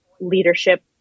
leadership